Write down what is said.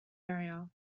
area